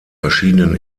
verschiedenen